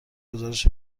گزارش